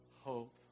hope